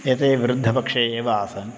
एते वृद्धपक्षे एव आसन्